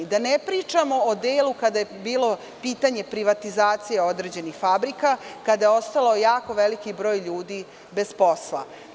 Da ne pričamo o delu kada je bilo pitanje privatizacije određenih fabrika, kada je ostao jako veliki broj ljudi bez posla.